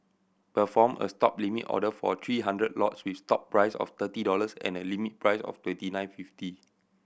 perform a Stop limit order for three hundred lots with stop price of thirty dollars and a limit price of twenty nine fifty